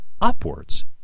upwards